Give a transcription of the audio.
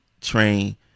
train